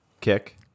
Kick